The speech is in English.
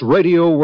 Radio